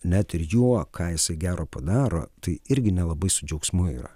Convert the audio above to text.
net ir juo ką jisai gero padaro tai irgi nelabai su džiaugsmu yra